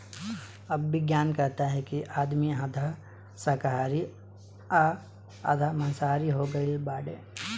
अब विज्ञान कहता कि आदमी आधा शाकाहारी आ आधा माँसाहारी हो गईल बाड़े